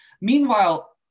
Meanwhile